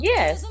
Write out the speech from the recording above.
Yes